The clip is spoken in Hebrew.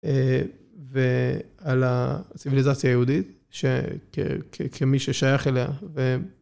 ועל הציווניזציה היהודית, כמי ששייך אליה.